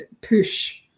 push